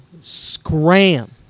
scram